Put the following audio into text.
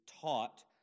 taught